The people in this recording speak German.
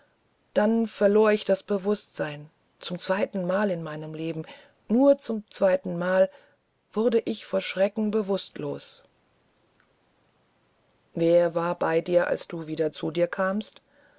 dann verlor ich das bewußtsein zum zweitenmal in meinem leben nur zum zweitenmal wurde ich vor schrecken bewußtlos wer war bei dir als du wieder zu dir kamst